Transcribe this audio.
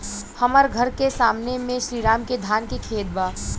हमर घर के सामने में श्री राम के धान के खेत बा